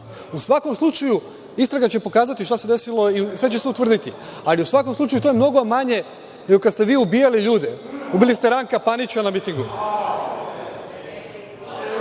svakom slučaju, istraga će pokazati šta se desilo i sve će se utvrditi. Ali, u svakom slučaju, to je mnogo manje nego kad ste vi ubijali ljudi. Ubili ste Ranka Panića na